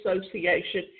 Association